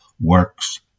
works